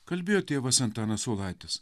kalbėjo tėvas antanas saulaitis